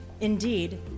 Indeed